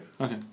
Okay